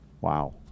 Wow